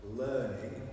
learning